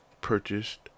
purchased